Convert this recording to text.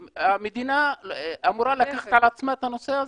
המדינה אמורה לקחת על עצמה את הנושא הזה.